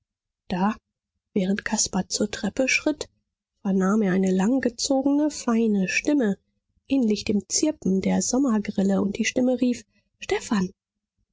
da während caspar zur treppe schritt vernahm er eine langgezogene feine stimme ähnlich dem zirpen der sommergrille und die stimme rief stephan